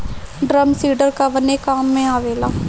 Drum seeder कवने काम में आवेला?